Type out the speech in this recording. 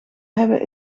hebben